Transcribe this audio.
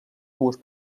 dues